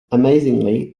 amazingly